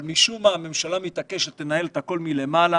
אבל משום מה, הממשלה מתעקשת לנהל הכול מלמעלה